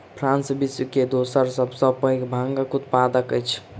France विश्व के दोसर सभ सॅ पैघ भांगक उत्पादक अछि